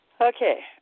okay